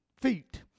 feet